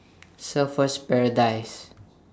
Surfer's Paradise